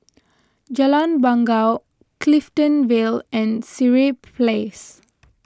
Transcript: Jalan Bangau Clifton Vale and Sireh Place